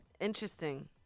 Interesting